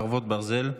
חרבות ברזל),